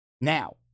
Now